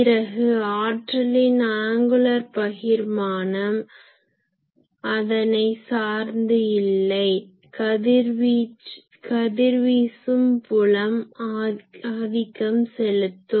பிறகு ஆற்றலின் ஆங்குலர் பகிர்மானம் angular distribution கோண பகிர்மானம் அதனை சார்ந்து இல்லை கதிர்வீசும் புலம் ஆதிக்கம் செலுத்தும்